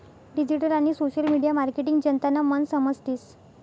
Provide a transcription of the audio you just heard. digital आणि social media marketing जनतानं मन समजतीस